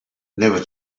never